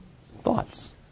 Thoughts